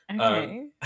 Okay